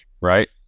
right